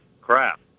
crap